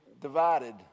divided